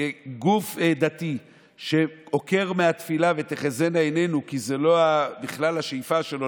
גוף דתי שעוקר מהתפילה את "ותחזינה עינינו" כי זו בכלל לא השאיפה שלו,